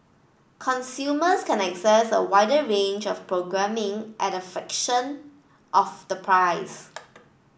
consumers can access a wider range of programming at a fraction of the price